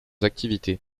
activités